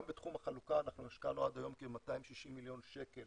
גם בתחום החלוקה אנחנו השקענו עד היום כ-260 מיליון שקל